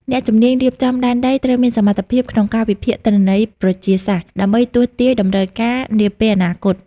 អ្នកជំនាញរៀបចំដែនដីត្រូវមានសមត្ថភាពក្នុងការវិភាគទិន្នន័យប្រជាសាស្ត្រ ដើម្បីទស្សន៍ទាយតម្រូវការនាពេលអនាគត។